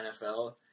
NFL